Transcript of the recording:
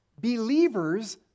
believers